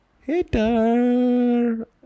Hater